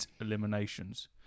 eliminations